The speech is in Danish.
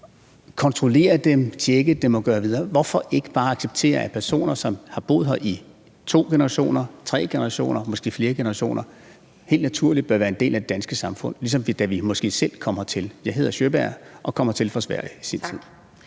kontrollere dem, tjekke dem og gøre ved. Hvorfor ikke bare acceptere, at personer, hvis familier har boet her i to generationer, tre generationer, måske flere generationer, helt naturligt bør være en del af det danske samfund, ligesom da vi måske selv kom hertil? Jeg hedder Sjøberg, og min slægt kom hertil fra Sverige i sin tid.